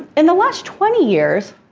in the last twenty years,